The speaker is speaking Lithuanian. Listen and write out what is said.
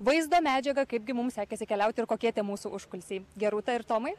vaizdo medžiagą kaipgi mums sekėsi keliauti ir kokie tie mūsų užkulisiai gerūta ir tomai